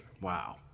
wow